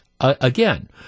again